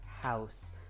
house